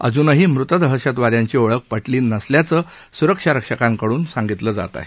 अजूनही मृत दहशतवाद्यांची ओळख पटली नसल्याचं सुरक्षा रक्षकांकडून सांगण्यात येत आहे